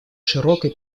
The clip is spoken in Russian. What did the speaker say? широкой